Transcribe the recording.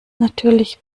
natürlich